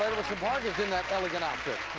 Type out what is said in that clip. bargains in that elegant outfit.